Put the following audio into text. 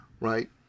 right